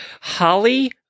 Holly